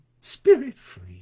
spirit-free